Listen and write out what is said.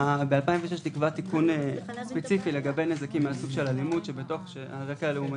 ב-2006 נקבע תיקון ספציפי לגבי נזקים מן הסוג של אלימות על רקע לאומני,